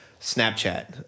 Snapchat